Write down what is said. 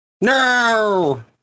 No